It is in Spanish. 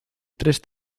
tres